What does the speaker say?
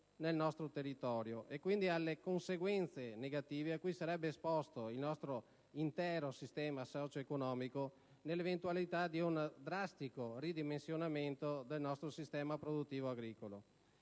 nel nostro territorio e, quindi, alle conseguenze negative a cui sarebbe esposto il nostro intero sistema socioeconomico nell'eventualità di un drastico ridimensionamento del nostro sistema produttivo agricolo.